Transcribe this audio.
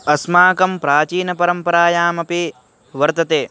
अस्माकं प्राचीनपरम्परायामपि वर्तते